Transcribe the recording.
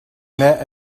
met